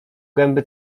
gęby